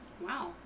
Wow